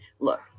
look